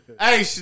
hey